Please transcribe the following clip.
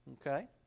okay